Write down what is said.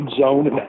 zone